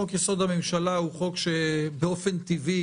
חוק-יסוד: הממשלה הוא חוק שבאופן טבעי